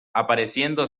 apareciendo